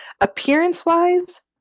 appearance-wise